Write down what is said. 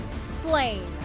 slain